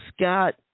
Scott